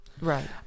Right